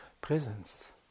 presence